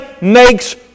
makes